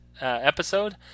episode